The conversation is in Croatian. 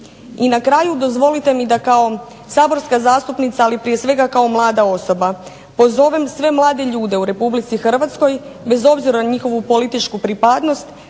I na kraju dozvolite mi da kao saborska zastupnica ali prije svega kao mlada osoba pozovem sve mlade ljude u RH bez obzira na njihovu političku pripadnost